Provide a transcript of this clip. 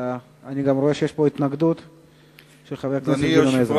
אני גם רואה שיש פה התנגדות של חבר הכנסת גדעון עזרא.